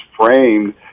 framed